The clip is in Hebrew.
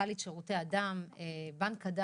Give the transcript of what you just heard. סמנכ"לית שירותי הדם במד"א.